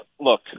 Look